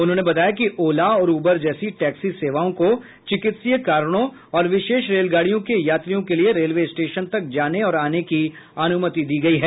उन्होंने बताया कि ओला और उबर जैसी टैक्सी सेवाओं को चिकित्सीय कारणों और विशेष रेलगाड़ियों के यात्रियों के लिए रेलवे स्टेशन तक जाने और आने की अनुमति दी गयी है